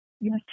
Yes